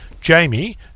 Jamie